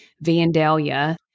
Vandalia